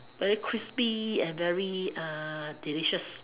very crispy and very delicious